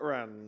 Run